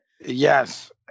Yes